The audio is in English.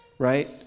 right